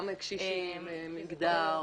גם קשישים, מיגדר.